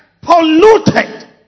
Polluted